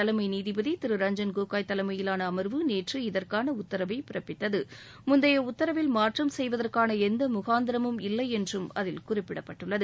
தலைமை நீதிபதி திரு ரஞ்ஜன் கோகோய் தலைமையிலான அமர்வு நேற்று இதற்கான உத்தரவினை பிறப்பித்தது முந்தைய உத்தரவில் மாற்றம் செய்வதற்கான எந்த முகாந்திரமும் இல்லை என்றும் அதில் குறிப்பிடப்பட்டுள்ளது